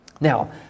now